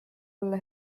olla